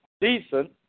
decent